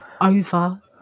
over